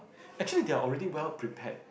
actually they are already well prepared